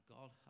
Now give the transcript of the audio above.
God